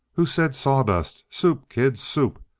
who said sawdust? soup, kid, soup!